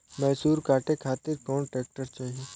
मैसूर काटे खातिर कौन ट्रैक्टर चाहीं?